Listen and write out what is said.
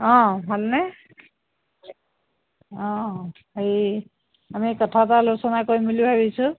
অ ভালনে অ হেৰি আমি কথা এটা আলোচনা কৰিম বুলি ভাবিছোঁ